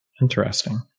Interesting